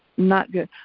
not good.